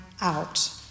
out